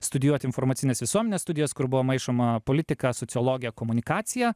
studijuot informacinės visuomenės studijas kur buvo maišoma politika sociologija komunikacija